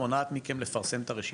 מונעת מכם לפרסם את הרשימות?